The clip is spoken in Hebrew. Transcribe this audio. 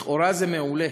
לכאורה זה מעולה,